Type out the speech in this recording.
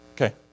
Okay